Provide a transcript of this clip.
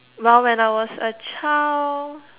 well when I was a child